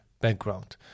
background